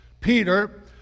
Peter